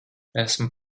esmu